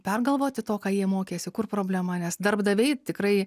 pergalvoti to ką jie mokėsi kur problema nes darbdaviai tikrai